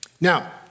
Now